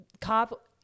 cop